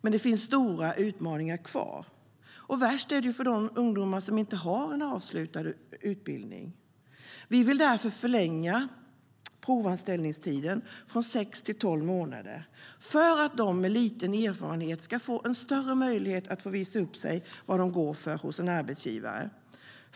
Men det finns stora utmaningar kvar. Värst är det för de ungdomar som inte har en avslutad utbildning.